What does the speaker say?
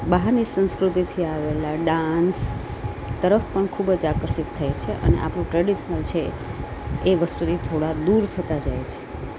બહારની સંસ્કૃતિથી આવેલા ડાન્સ તરફ પણ ખૂબ જ આકર્ષિત થાય છે અને આપણું ટ્રેડિશનલ છે એ વસ્તુથી થોડાં દૂર થતાં જાય છે